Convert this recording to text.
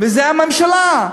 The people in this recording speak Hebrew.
זאת הממשלה.